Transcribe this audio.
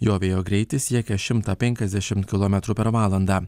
jo vėjo greitis siekia šimtą penkiasdešimt kilometrų per valandą